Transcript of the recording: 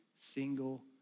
single